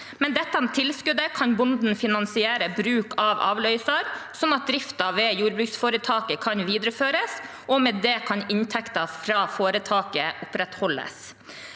Med dette tilskuddet kan bonden finansiere bruk av avløser, sånn at driften ved jordbruksforetaket kan videreføres, og med det kan inntekten fra foretaket opprettholdes.